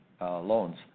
loans